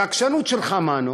והעקשנות שלך מנו,